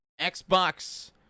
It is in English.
Xbox